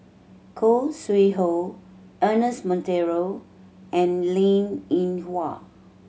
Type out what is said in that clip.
Khoo Sui Hoe Ernest Monteiro and Linn In Hua